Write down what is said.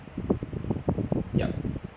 yup